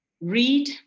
Read